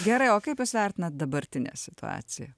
gerai o kaip jūs vertinat dabartinę situaciją